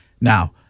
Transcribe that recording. Now